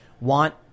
want